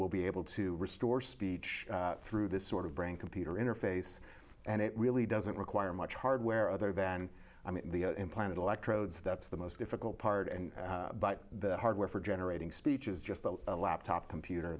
will be able to restore speech through this sort of brain computer interface and it really doesn't require much hardware other than the implanted electrodes that's the most difficult part but the hardware for generating speech is just a laptop computer